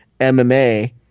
MMA